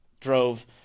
Drove